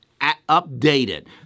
updated